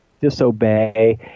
disobey